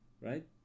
right